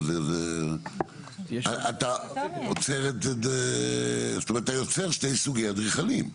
אבל זה --- אתה יוצר שתי סוגי אדריכלים.